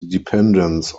dependence